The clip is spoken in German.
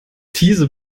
diese